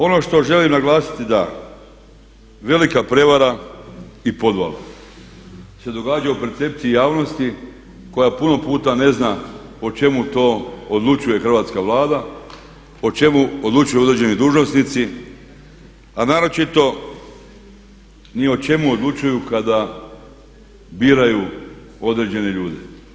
Ono što želim naglasiti da velika prijevara i podvala se događa u percepciji javnosti koja puno puta ne zna o čemu to odlučuje Hrvatska Vlada, o čemu odlučuju određeni dužnosnici, a naročito ni o čemu odlučuju kada biraju određene ljude.